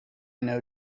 know